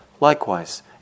likewise